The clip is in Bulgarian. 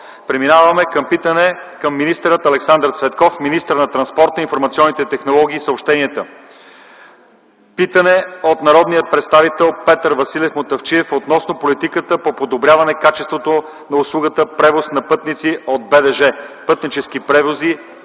Преминаваме към питане към господин Александър Цветков – министър на транспорта, информационните технологии и съобщенията. Питане от народния представител Петър Василев Мутафчиев относно политиката по подобряване качеството на услугата превоз на пътници от БДЖ, „Пътнически превози”